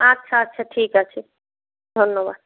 আচ্ছা আচ্ছা ঠিক আছে ধন্যবাদ